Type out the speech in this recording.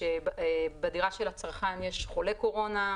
שבדירה של הצרכן יש חולה קורונה,